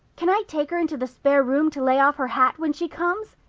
can i take her into the spare room to lay off her hat when she comes?